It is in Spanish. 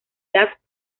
jazz